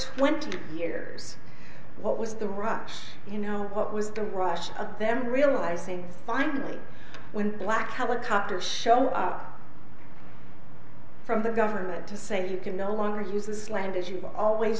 twenty years what was the rush you know what was the rush of them realizing finally when black helicopters show up from the government to say you can no longer use this language you always